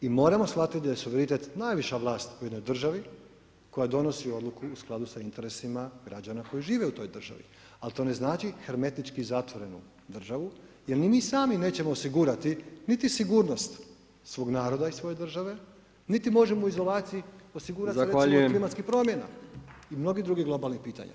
I moramo shvatiti da je suverenitet najviša vlast u jednoj državi koja donosi odluku u skladu sa interesima građana koji žive u toj državi ali to ne znači hermetički zatvorenu državu jer ni mi sami nećemo osigurati niti sigurnost svog naroda i svoje države niti možemo u izolaciji osigurati recimo od klimatskih promjena i mnogih drugih globalnih pitanja.